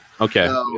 Okay